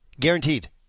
Guaranteed